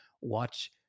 Watch